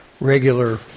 regular